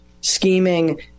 scheming